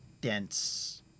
dense